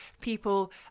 people